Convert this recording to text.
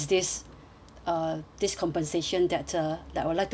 uh this compensation that uh that I would like to offer you